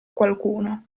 qualcuno